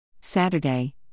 Saturday